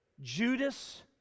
Judas